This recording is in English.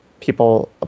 people